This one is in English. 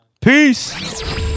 Peace